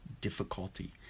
difficulty